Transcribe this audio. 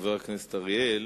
חבר הכנסת אריאל,